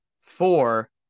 four